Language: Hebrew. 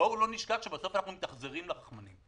בל נשכח שבסוף אנחנו מתאכזרים לרחמנים.